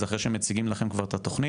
זה אחרי שמציגים לכם כבר את התוכנית,